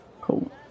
Cool